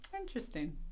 Interesting